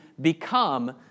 become